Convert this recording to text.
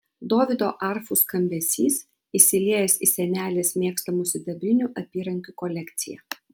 dovydo arfų skambesys įsiliejęs į senelės mėgstamų sidabrinių apyrankių kolekciją